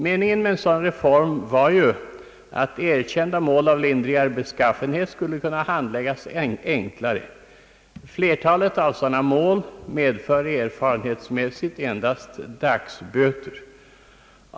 Meningen med en sådan reform var ju, att erkända mål av lindrigare beskaffenhet skulle kunna handläggas enklare. Flertalet av sådana mål medför erfarenhetsmässigt blott dagsböter.